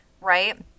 Right